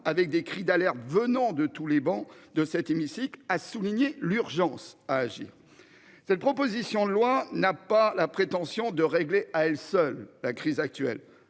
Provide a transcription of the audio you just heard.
avec des cris d'alerte venant de tous les bancs de cet hémicycle, a souligné l'urgence à agir. Cette proposition de loi n'a pas la prétention de régler à elle seule la crise actuelle